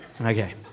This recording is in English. Okay